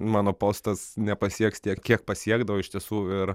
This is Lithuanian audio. mano postas nepasieks tiek kiek pasiekdavo iš tiesų ir